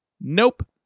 Nope